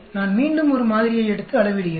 நான் மீண்டும் ஒரு மாதிரியை எடுத்து அளவிடுகிறேன்